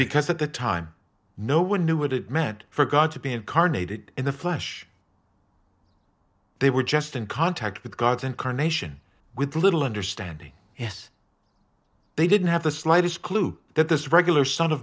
because at the time no one knew what it meant for god to be incarnated in the flesh they were just in contact with god incarnation with little understanding yes they didn't have the slightest clue that this regular so